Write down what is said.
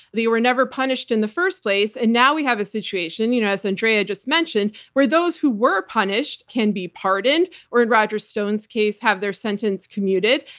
were never punished in the first place, and now we have a situation, you know as andrea just mentioned, where those who were punished can be pardoned, or in roger stone's case, have their sentence commuted,